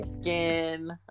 skin